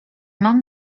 mam